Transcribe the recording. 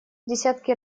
десятки